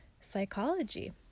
psychology